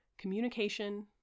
communication